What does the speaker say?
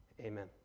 Amen